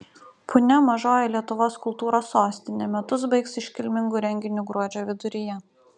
punia mažoji lietuvos kultūros sostinė metus baigs iškilmingu renginiu gruodžio viduryje